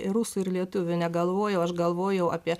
ir rusų ir lietuvių negalvojau aš galvojau apie